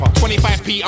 25p